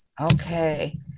Okay